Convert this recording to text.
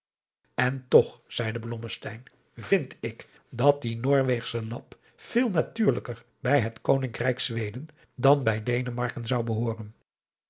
en toch zeide blommesteyn vind ik dat die noorweegsche lap veel natuurlijker bij het koningrijk zweden dan bij denemarken zou behooren